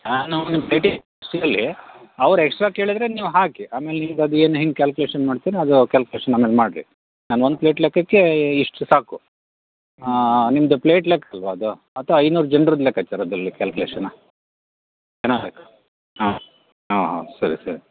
ನಾನು ನೀವು ಪ್ಲೇಟಿಗೆ ಅವ್ರು ಎಕ್ಸ್ಟ್ರಾ ಕೇಳಿದರೆ ನೀವು ಹಾಕಿ ಆಮೇಲೆ ನಿಮ್ಗೆ ಅದು ಏನು ಹೆಂಗೆ ಕ್ಯಾಲ್ಕುಲೇಷನ್ ಮಾಡ್ತಿರಾ ಅದು ಕ್ಯಾಲ್ಕುಲೇಷನ್ ಆಮೇಲೆ ಮಾಡ್ರಿ ನಾನು ಒಂದು ಪ್ಲೇಟ್ ಲೆಕ್ಕಕ್ಕೆ ಇಷ್ಟು ಸಾಕು ಹಾಂ ನಿಮ್ಮದು ಪ್ಲೇಟ್ ಲೆಕ್ಕ ಅಲ್ವಾ ಅದು ಅಥವಾ ಐನೂರು ಜನ್ರದ್ದು ಲೆಕ್ಕಚಾರದಲ್ಲಿ ಕ್ಯಾಲ್ಕುಲೇಷನ್ನ ಜನ ಲೆಕ್ಕ ಹಾಂ ಹಾಂ ಹಾಂ ಸರಿ ಸರಿ